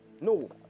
No